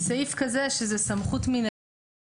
בסעיף כזה שזה סמכות מנהלית,